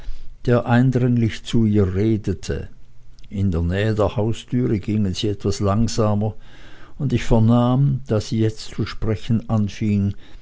der eindringlich zu ihr redete in der nähe der haustüre ging sie etwas langsamer und ich vernahm da sie jetzt zu sprechen anfing